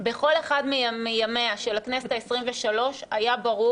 בכל אחד מימיה של הכנסת העשרים-ושלוש היה ברור